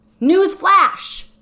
Newsflash